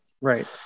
right